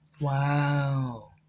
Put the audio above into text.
Wow